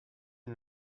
une